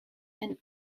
and